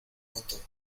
roto